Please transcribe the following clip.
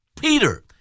Peter